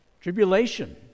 tribulation